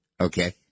Okay